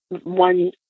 one